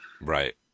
Right